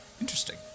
interesting